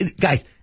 Guys